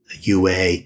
UA